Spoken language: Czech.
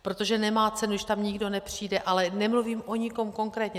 Protože nemá cenu, když tam nikdo nepřijde, ale nemluvím o nikom konkrétně.